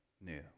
new